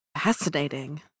Fascinating